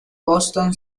boston